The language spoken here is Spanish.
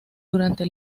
durante